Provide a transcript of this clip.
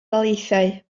daleithiau